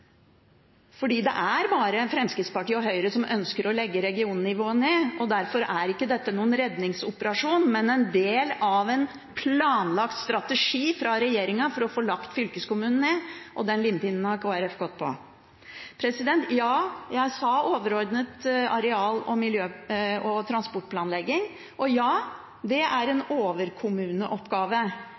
fordi det var flertall for å legge det ned. Det er jo direkte usant, for det er bare Fremskrittspartiet og Høyre som ønsker å legge ned regionnivået. Derfor er ikke dette noen redningsoperasjon, men en del av en planlagt strategi fra regjeringen for å få lagt fylkeskommunen ned, og den limpinnen har Kristelig Folkeparti gått på. Ja, jeg sa overordnet areal- og transportplanlegging, og ja, det er